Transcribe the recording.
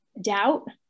doubt